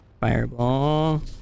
fireball